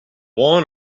one